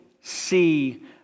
see